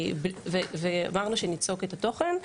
ואמרנו שניצוק את התוכן.